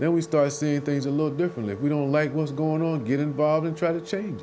then we start to see things a little differently if we don't like what's going on get involved and try to change